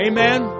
Amen